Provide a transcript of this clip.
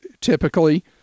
typically